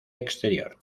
exterior